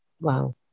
Wow